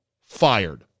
fired